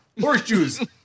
Horseshoes